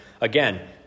again